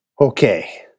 Okay